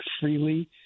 freely